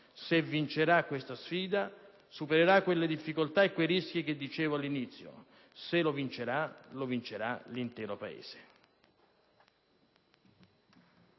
Se vincerà questa sfida supererà anche le difficoltà e i rischi di cui parlavo all'inizio. Se vincerà, vincerà l'intero Paese.